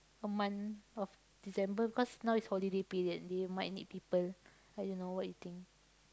a month of December cause now is holiday period they might need people like you know what you think